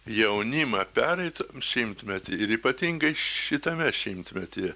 jaunimą pereitam šimtmety ir ypatingai šitame šimtmetyje